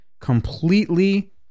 completely